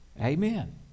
Amen